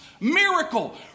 miracle